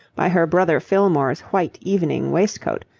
by her brother fillmore's white evening waistcoat,